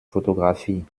fotografie